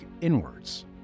inwards